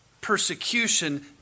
persecution